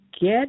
Get